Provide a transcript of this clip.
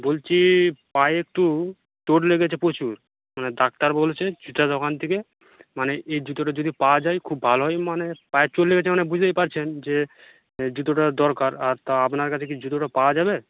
বলছি পায়ে একটু চোট লেগেছে প্রচুর মানে ডাক্তার বলছে জুতো দোকান থেকে মানে এই জুতোটা যদি পাওয়া যায় খুব ভালো হয় মানে পায়ে চোট লেগেছে মানে বুঝতেই পারছেন যে এই জুতোটার দরকার আর তা আপনার কাছে কি জুতোটা পাওয়া যাবে